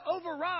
override